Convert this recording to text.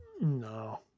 No